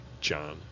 John